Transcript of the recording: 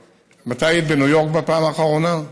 מתי היית בניו יורק בפעם האחרונה?